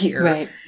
Right